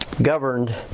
Governed